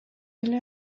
эле